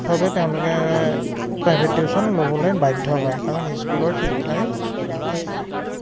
ভাৱে তেওঁলোকে private tuition ল'বলৈ বাধ্য হয় কাৰণ স্কুলৰ শিক্ষাই এহ